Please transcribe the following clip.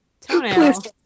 Toenails